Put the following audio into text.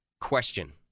Question